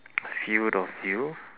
field of view